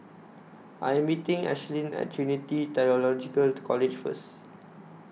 I Am meeting Ashlynn At Trinity Theological College First